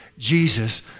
jesus